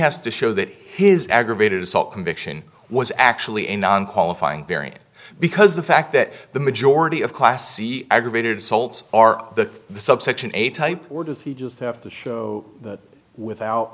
has to show that his aggravated assault conviction was actually a non qualifying variant because the fact that the majority of class c aggravated assaults are the the subsection eight type or does he just have to show that without